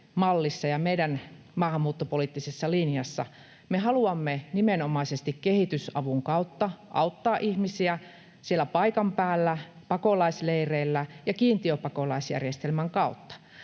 ja meidän maahanmuuttopoliittisessa linjassa me haluamme nimenomaisesti kehitysavun kautta auttaa ihmisiä siellä paikan päällä, pakolaisleireillä ja kiintiöpakolaisjärjestelmän kautta.